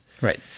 Right